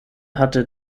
hatte